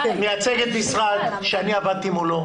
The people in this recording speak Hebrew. את מייצגת משרד שאני עבדתי מולו.